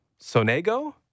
Sonego